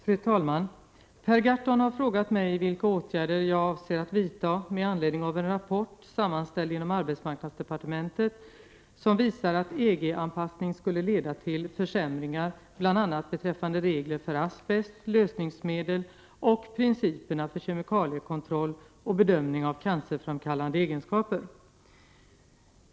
Fru talman! Per Gahrton har frågat mig vilka åtgärder jag avser att vidta med anledning av en rapport sammanställd inom arbetsmarknadsdepartementet som visar att EG-anpassning skulle leda till försämringar bl.a. beträffande regler för asbest, lösningsmedel och principerna för kemikaliekontroll och bedömning av cancerframkallande egenskaper.